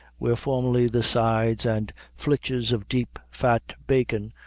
where formerly the sides and flitches of deep, fat bacon,